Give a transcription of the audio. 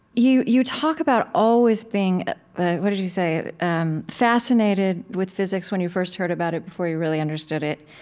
you you talk about always being what did you say um fascinated with physics when you first heard about it before you really understood it.